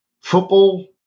football